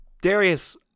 Darius